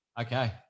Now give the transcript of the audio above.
okay